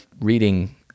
reading